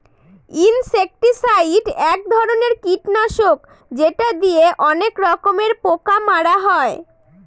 insecticide এক ধরনের কীটনাশক যেটা দিয়ে অনেক রকমের পোকা মারা হয়